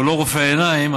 הוא לא רופא עיניים,